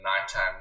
nighttime